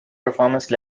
performance